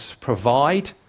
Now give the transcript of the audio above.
provide